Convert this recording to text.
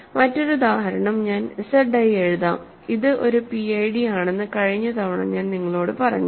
മറ്റൊരു ഉദാഹരണം ഞാൻ Z i എഴുതാം ഇത് ഒരു PID ആണെന്ന് കഴിഞ്ഞ തവണ ഞാൻ നിങ്ങളോട് പറഞ്ഞു